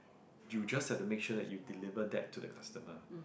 you just have to make sure that you deliver that to the customer